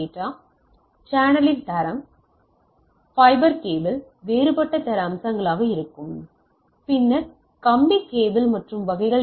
எனவே சேனலின் தரம் என்ன சில ஃபைபர் கேபிள் வேறுபட்ட தர அம்சமாக இருக்கும் பின்னர் கம்பி கேபிள் மற்றும் வகைகள் இருந்தால்